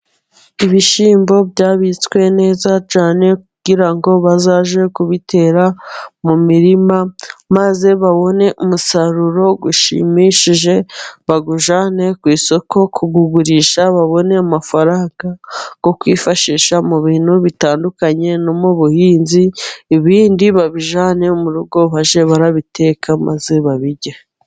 Ibishyimbo byabitswe neza cyane kugira ngo bazajye kubitera mu mirima, maze babone umusaruro ushimishije, bawujyane ku isoko kuwugurisha, babone amafaranga yo kwifashisha mu bintu bitandukanye, no mu buhinzi. Ibindi babijyane mu rugo bajye barabiteka maze babirye.